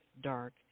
dark